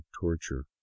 torture